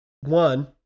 One